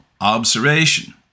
Observation